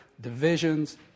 divisions